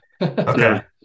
Okay